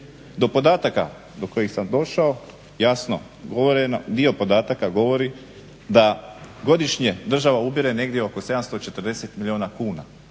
Do podataka do kojih sam došao jasno dio podataka govori da godišnje država ubire negdje oko 740 milijuna kuna